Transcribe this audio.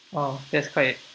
oh that's quite